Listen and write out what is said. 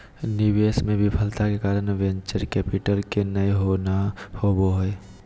निवेश मे विफलता के कारण वेंचर कैपिटल के नय होना होबा हय